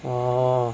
orh